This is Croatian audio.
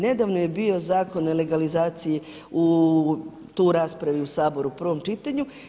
Nedavno je bio Zakon o legalizaciji tu u raspravi u Saboru u prvom čitanju.